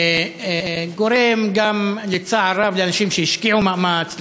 גורם גם צער רב לאנשים שהשקיעו מאמץ,